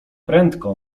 prędko